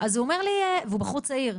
והוא בחור צעיר,